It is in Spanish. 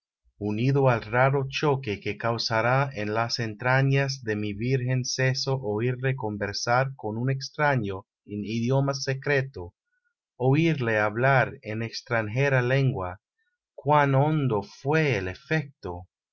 unido al raro choque que causara en las entrañas de mi virgen seso oirle conversar con un extraño en idioma secreto oírle hablar en extranjera lengua cuán hondo fué ei efecto